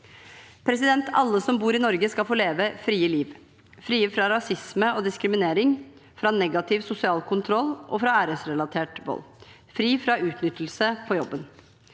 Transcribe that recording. av folk. Alle som bor i Norge, skal få leve frie liv, frie fra rasisme og diskriminering, fra negativ sosial kontroll og fra æresrelatert vold, og frie fra utnyttelse på jobben.